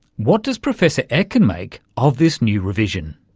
what does professor etkin make of this new revision?